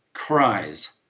Cries